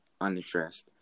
unaddressed